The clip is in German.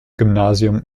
gymnasium